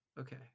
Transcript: okay